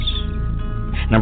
number